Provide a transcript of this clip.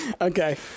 Okay